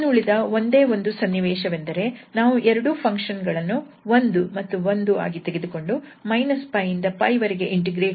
ಇನ್ನುಳಿದ ಒಂದೇ ಒಂದು ಸನ್ನಿವೇಶವೆಂದರೆ ನಾವು ಎರಡೂ ಫಂಕ್ಷನ್ ಗಳನ್ನು 1 ಮತ್ತು 1 ಆಗಿ ತೆಗೆದುಕೊಂಡು - 𝜋 ಇಂದ 𝜋 ವರೆಗೆ ಇಂಟಿಗ್ರೇಟ್ ಮಾಡಿದರೆ ಸಹಜವಾಗಿ ನಮಗೆ 2𝜋 ದೊರೆಯುತ್ತದೆ